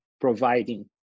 providing